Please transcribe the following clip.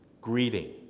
Greeting